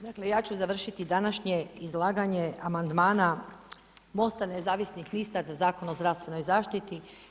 Dakle ja ću završiti današnje izlaganje amandmana Mosta nezavisnih lista za Zakon o zdravstvenoj zaštiti.